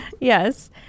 Yes